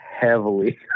heavily